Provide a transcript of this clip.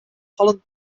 holland